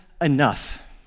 enough